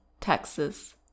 Texas